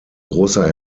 grosser